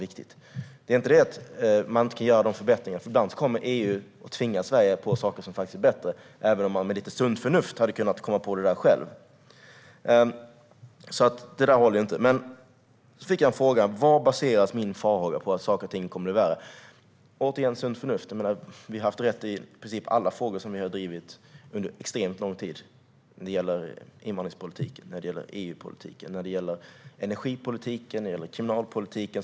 Ibland tvingar EU på Sverige saker som är bättre, även om man med lite sunt förnuft hade kunnat komma på det själv. Det håller alltså inte. Jag fick frågan vad min farhåga om att saker och ting kommer att bli värre baseras på. Återigen, på sunt förnuft. Vi har haft rätt när det gäller i princip alla frågor vi har drivit under extremt lång tid. Det gäller invandringspolitiken, EU-politiken, energipolitiken och kriminalpolitiken.